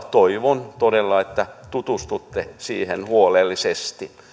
toivon todella että tutustutte siihen huolellisesti